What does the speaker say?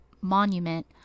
monument